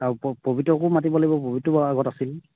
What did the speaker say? আৰু প পবিত্ৰকো মাতিব লাগিব পবিত্ৰও আগতে আছিল